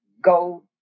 go